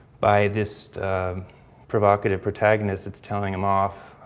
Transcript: by this provocative protagonists. it's telling them off